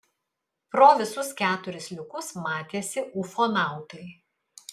pro visus keturis liukus matėsi ufonautai